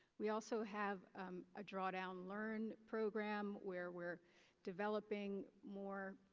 we also have a drawdown learn program, where we're developing more